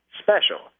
special